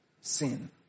sin